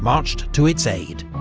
marched to its aid.